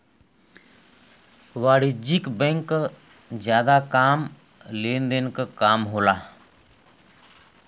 वाणिज्यिक बैंक क जादा काम लेन देन क काम होला